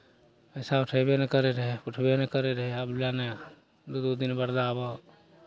पैसा उठयबे नहि करैत रहै उठबे नहि करैत रहै आब लाइने दू दू दिन बरदाबह